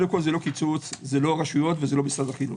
זה לא קיצוץ, לא רשויות ולא משרד החינוך.